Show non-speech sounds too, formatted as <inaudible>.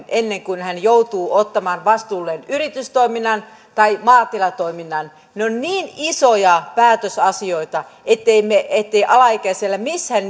<unintelligible> ennen kuin hän joutuu ottamaan vastuulleen yritystoiminnan tai maatilatoiminnan ne ovat niin isoja päätösasioita ettei alaikäisellä missään <unintelligible>